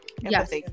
Yes